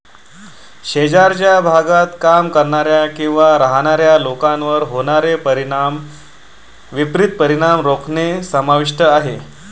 शेजारच्या भागात काम करणाऱ्या किंवा राहणाऱ्या लोकांवर होणारे विपरीत परिणाम रोखणे समाविष्ट आहे